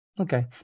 Okay